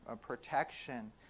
protection